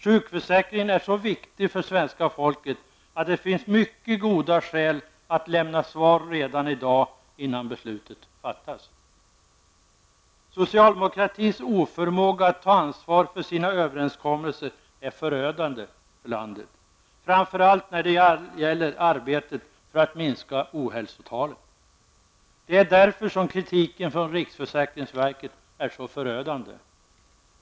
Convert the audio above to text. Sjukförsäkringen är så viktig för svenska folket att det finns mycket goda skäl att lämna svar redan i dag, innan beslutet fattas. Socialdemokraternas oförmåga att ta ansvar för sina överenskommelser är förödande för landet, framför allt när det gäller arbetet för att minska ohälsotalet. Det är därför som kritiken från riksförsäkringsverket är så förödande.